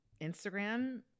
Instagram